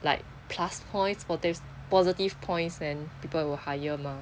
like plus points pos~ positive points then people will hire mah